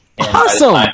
Awesome